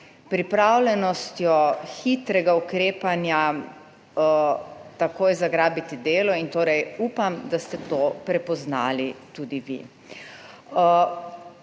pripravljenostjo hitrega ukrepanja takoj zagrabiti delo in torej upam, da ste to prepoznali tudi vi.